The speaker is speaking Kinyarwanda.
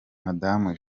madamu